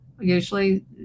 Usually